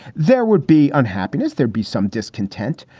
there would be unhappiness, there'd be some discontent,